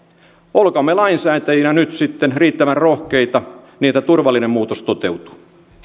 olkaamme lainsäätäjinä nyt sitten riittävän rohkeita niin että turvallinen muutos toteutuu